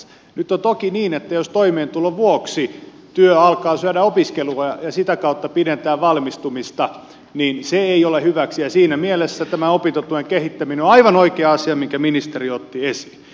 nyt on toki niin että jos toimeentulon vuoksi työ alkaa syödä opiskelua ja sitä kautta pidentää valmistumista niin se ei ole hyväksi ja siinä mielessä tämä opintotuen kehittäminen on aivan oikea asia minkä ministeri otti esiin